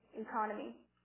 economy